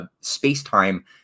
space-time